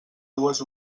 dues